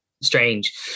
strange